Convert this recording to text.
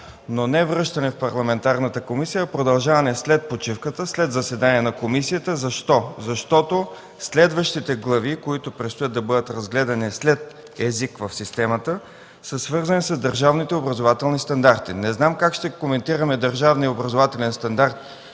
но не връщане в парламентарната комисия, а продължаване след почивката, след заседание на комисията. Защо? Защото следващите глави, които предстои да бъдат разгледани след „Език в системата”, са свързани с държавните образователни стандарти. Не знам как ще коментираме държавния образователен стандарт